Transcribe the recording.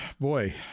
Boy